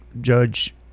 judge